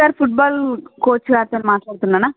sir football coach అతనితో మాట్లాడుతున్నాను